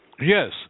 Yes